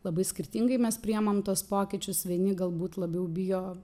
labai skirtingai mes priėmam tuos pokyčius vieni galbūt labiau bijo